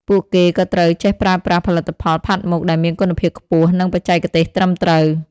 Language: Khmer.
ពួកគេក៏ត្រូវចេះប្រើប្រាស់ផលិតផលផាត់មុខដែលមានគុណភាពខ្ពស់ និងបច្ចេកទេសត្រឹមត្រូវ។